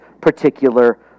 particular